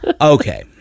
Okay